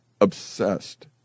obsessed